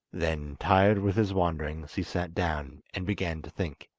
then, tired with his wanderings he sat down and began to think.